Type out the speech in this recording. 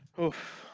Oof